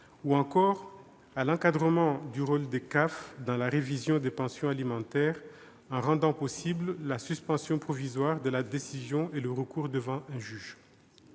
ou encore à l'encadrement du rôle des CAF dans la révision des pensions alimentaires en rendant possible la suspension provisoire de la décision et le recours devant un juge.